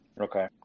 Okay